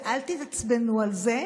ואל תתעצבנו על זה.